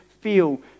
feel